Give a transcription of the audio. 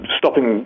stopping